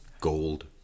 gold